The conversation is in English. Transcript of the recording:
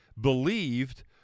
believed